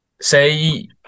say